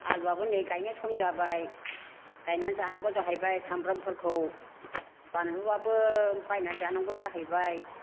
आलुआबो नै गायनो सम जाबाय गायनानै जानांगौ जाहैबाय सामब्रामफोरखौ बानलुआबो बायनानै जानांगौ जाहैबाय